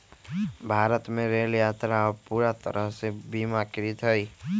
भारत में रेल यात्रा अब पूरा तरह से बीमाकृत हई